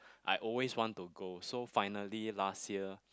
I always want to go so finally last year